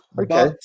okay